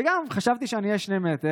וגם חשבתי שאני אהיה 2 מטר,